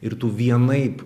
ir tu vienaip